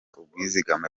ubwizigame